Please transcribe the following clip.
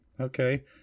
okay